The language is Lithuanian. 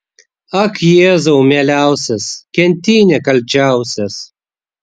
ak jėzau mieliausias kenti nekalčiausias